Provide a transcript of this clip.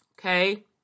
Okay